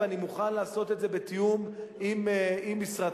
ואני מוכן לעשות את זה בתיאום עם משרדך,